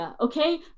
okay